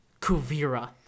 Kuvira